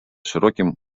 широким